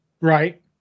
right